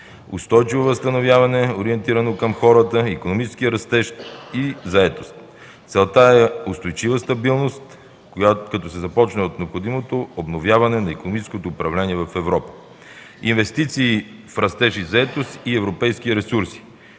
Устойчиво възстановяване, ориентирано към хората – икономически растеж и заетост. Целта е устойчива стабилност, като се започне от необходимото обновяване на икономическото управление в Европа. - Инвестиции в растеж и заетост и европейски ресурси.